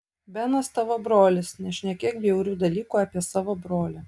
benas tavo brolis nešnekėk bjaurių dalykų apie savo brolį